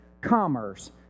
Commerce